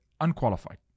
Unqualified